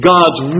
God's